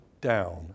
down